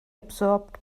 absorbed